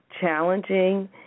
challenging